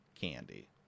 candy